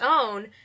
own